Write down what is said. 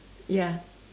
ya